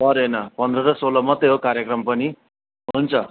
परे न पन्ध्र र सोह्र मात्र हो कार्यक्रम पनि हुन्छ